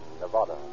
Nevada